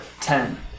Ten